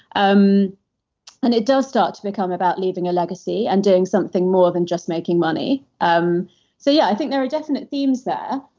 um and it does start to become about leaving a legacy and doing something more than just making money. um so yeah, i think there are definite themes there.